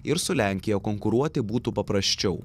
ir su lenkija konkuruoti būtų paprasčiau